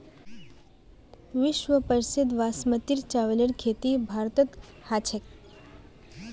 विश्व प्रसिद्ध बासमतीर चावलेर खेती भारतत ह छेक